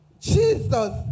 Jesus